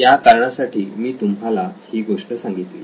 या कारणासाठी मी तुम्हाला ही गोष्ट सांगितली